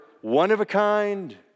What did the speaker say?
one-of-a-kind